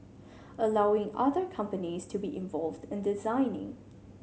allowing other companies to be involved in designing